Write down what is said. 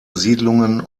siedlungen